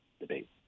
debate